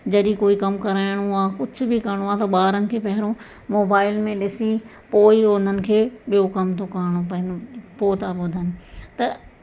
जॾहिं कोई कमु कराइणो आहे कुझु बि करिणो आहे त ॿारनि खे पहिरो मोबाइल में ॾिसी पोइ ई उन्हनि खे ॿियो कम थो करिणो पइनि पोइ था ॿुधनि त